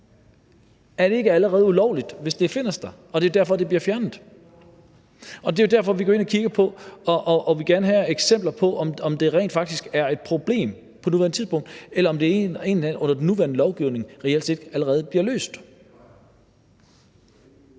Er det ikke allerede ulovligt, og er det ikke derfor, det bliver fjernet, når det bliver fundet? Det er jo derfor, vi går ind og gerne vil have eksempler, altså for at se, om det rent faktisk er et problem på nuværende tidspunkt, eller om det under den nuværende lovgivning reelt set allerede bliver løst.